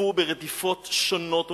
נרדפו ברדיפות שונות ומשונות.